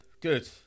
good